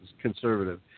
conservative